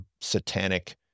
satanic